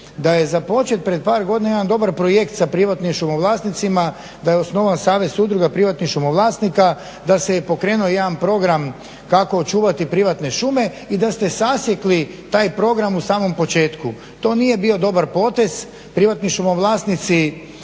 da je započet prije par godina jedan dobar projekt sa privatnim šumovlasnicima, da je osnovan savez šuma s privatnim šumovlasnika, da se je pokrenuo jedan program kako očuvati privatne šume i da ste sasjekli taj program u samom početku. To nije bio dobar potez. Privatni šumovlasnici